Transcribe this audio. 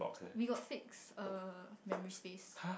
we got fixed er memory space